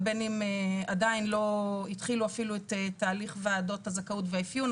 ובין אם עדיין לא התחילו אפילו את תהליך ועדות הזכאות והאפיון,